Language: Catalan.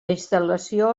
instal·lació